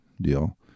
deal